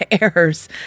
errors